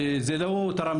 וזה לא תרם,